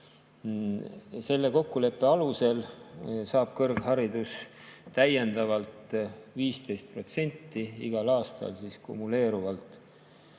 Selle kokkuleppe alusel saab kõrgharidus täiendavalt 15% igal aastal kumuleeruvalt